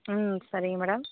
ம் சரிங்க மேடம்